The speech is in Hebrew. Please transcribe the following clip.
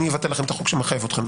אבטל לכם את החוק שמחייב אתכם,